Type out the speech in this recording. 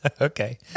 Okay